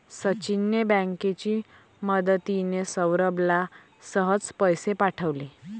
सचिनने बँकेची मदतिने, सौरभला सहज पैसे पाठवले